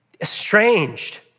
estranged